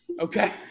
okay